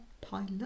pilot